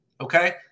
Okay